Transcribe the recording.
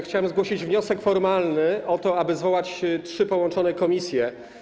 Chciałem zgłosić wniosek formalny o to, aby zwołać trzy połączone komisje.